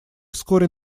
вскоре